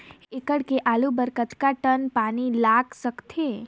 एक एकड़ के आलू बर कतका टन पानी लाग सकथे?